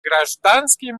гражданским